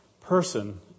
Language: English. person